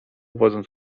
wodząc